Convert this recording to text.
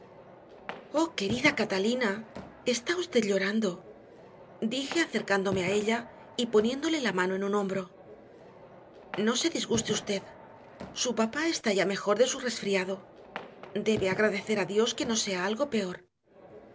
querida catalina está usted llorando dije acercándome a ella y poniéndole la mano en un hombro no se disguste usted su papá está ya mejor de su resfriado debe agradecer a dios que no sea algo peor